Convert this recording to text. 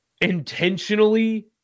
intentionally –